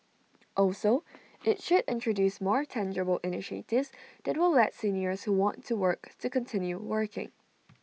also IT should introduce more tangible initiatives that will let seniors who want to work to continue working